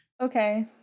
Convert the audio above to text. Okay